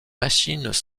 machines